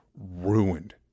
ruined